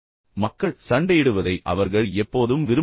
மக்கள் ஒருவருக்கொருவர் சண்டையிடுவதை அவர்கள் எப்போதும் விரும்புவதில்லை